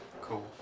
Cool